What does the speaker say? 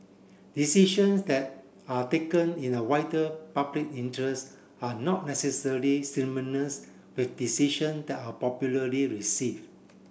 decisions that are taken in the wider public interest are not necessary with decision that are popularly receive